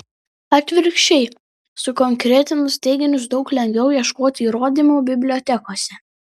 atvirkščiai sukonkretinus teiginius daug lengviau ieškoti įrodymų bibliotekose